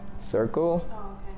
circle